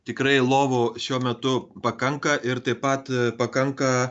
tikrai lovų šiuo metu pakanka ir taip pat pakanka